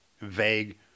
vague